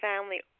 family